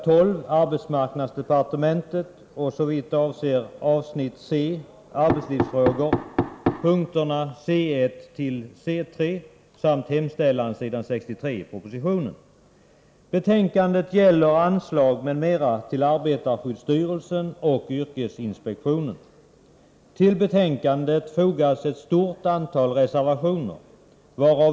12 såvitt avser avsnitt C Arbetslivsfrågor p. C 1-C 3 samt hemställan s. 63 i propositionen. Till betänkandet har det fogats ett stort antal reservationer.